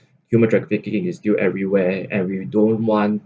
human trafficking is still everywhere and we don't want